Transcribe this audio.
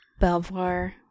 Belvoir